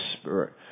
spirit